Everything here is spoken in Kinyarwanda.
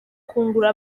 kungura